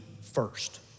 first